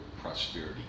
prosperity